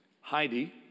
Heidi